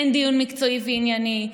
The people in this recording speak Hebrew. אין דיון מקצועי וענייני,